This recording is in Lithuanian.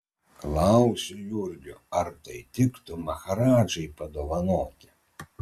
klausiu jurgio ar tai tiktų maharadžai padovanoti